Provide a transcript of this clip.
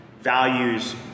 values